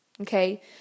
Okay